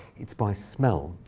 it's by smell.